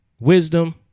wisdom